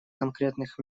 конкретных